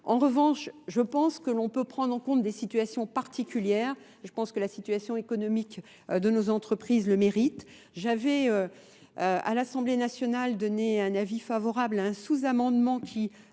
En revanche, je pense que l'on peut prendre en compte des situations particulières. Je pense que la situation économique de nos entreprises le mérite. J'avais à l'Assemblée nationale donné un avis favorable, un sous-amendement qui